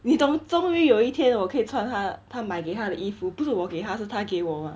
你懂终于有一天我可以穿他他买给她的衣服不是我给他是他给我吗